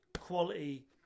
quality